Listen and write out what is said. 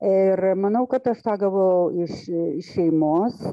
ir manau kad aš tą gavau iš šeimos